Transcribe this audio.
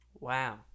Wow